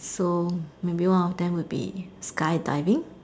so maybe one of them would be sky diving